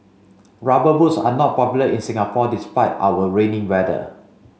rubber boots are not popular in Singapore despite our rainy weather